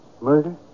murder